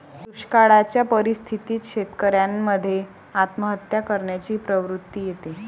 दुष्काळयाच्या परिस्थितीत शेतकऱ्यान मध्ये आत्महत्या करण्याची प्रवृत्ति येते